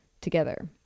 together